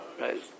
right